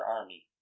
army